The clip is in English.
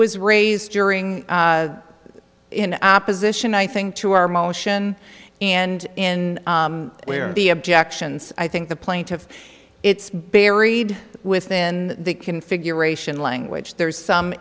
was raised during in opposition i think to our motion and in where the objections i think the plaintiff it's buried within the configuration language there is some